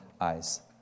eyes